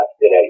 today